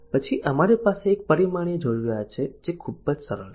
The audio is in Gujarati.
પછી અમારી પાસે એક પરિમાણીય જરૂરિયાત છે જે ખૂબ જ સરળ છે